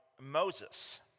Moses